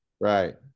Right